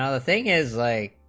nothing is like